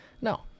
No